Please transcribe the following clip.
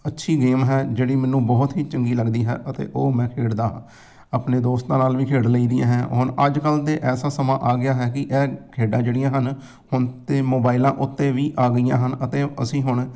ਅੱਛੀ ਗੇਮ ਹੈ ਜਿਹੜੀ ਮੈਨੂੰ ਬਹੁਤ ਹੀ ਚੰਗੀ ਲੱਗਦੀ ਹੈ ਅਤੇ ਉਹ ਮੈਂ ਖੇਡਦਾ ਹਾਂ ਆਪਣੇ ਦੋਸਤਾਂ ਨਾਲ ਵੀ ਖੇਡ ਲਈ ਦੀ ਹੈ ਹੁਣ ਅੱਜ ਕੱਲ੍ਹ ਤਾਂ ਐਸਾ ਸਮਾਂ ਆ ਗਿਆ ਹੈ ਕਿ ਇਹ ਖੇਡਾਂ ਜਿਹੜੀਆਂ ਹਨ ਹੁਣ ਤਾਂ ਮੋਬਾਈਲਾਂ ਉੱਤੇ ਵੀ ਆ ਗਈਆਂ ਹਨ ਅਤੇ ਅਸੀਂ ਹੁਣ